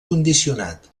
condicionat